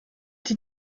die